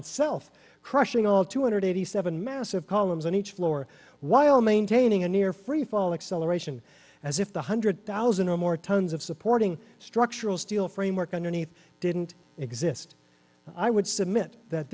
itself crushing all two hundred eighty seven massive columns on each floor while maintaining a near free fall acceleration as if one hundred thousand or more tons of supporting structural steel framework underneath didn't exist i would submit that